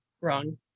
wrong